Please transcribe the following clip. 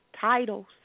titles